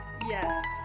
Yes